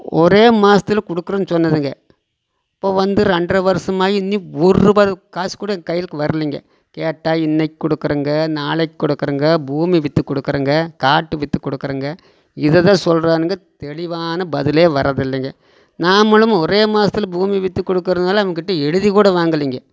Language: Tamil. ஒரே மாசத்தில் கொடுக்குறன்னு சொன்னதுங்க இப்போ வந்து ரெண்டர வருஷமாயி இன்னி ஒருரூபா காசு கூட கைலிக்கு வரலைங்க கேட்டால் இன்னைக்கி கொடுக்குறங்க நாளைக்கு கொடுக்குறங்க பூமி விற்று கொடுக்குறங்க காட்டு விற்று கொடுக்குறங்க இதைத்தான் சொல்றானுங்க தெளிவான பதிலே வரதில்லைங்க நாமளும் ஒரே மாசத்தில் பூமி விற்று கொடுக்குறதுனால அவங்ககிட்ட எழுதிக்கூட வாங்கலைங்க